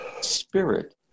spirit